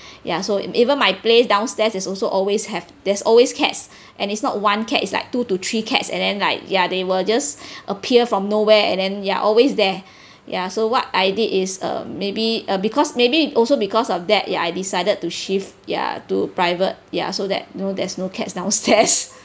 ya so even my plays downstairs is also always have there's always cats and it's not one cat it's like two to three cats and then like ya they were just appear from nowhere and then they're always there ya so what I did is um maybe uh because maybe it also because of that ya I decided to shift ya to private ya so that you know there's no cats downstairs